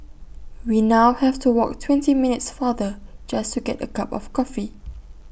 we now have to walk twenty minutes farther just to get A cup of coffee